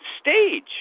stage